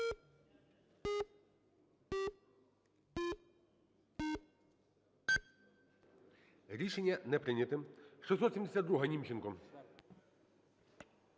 Рішення не прийнято. 672-а, Німченко.